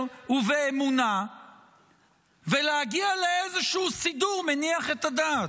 ובאמונה ולהגיע לאיזשהו סידור מניח את הדעת.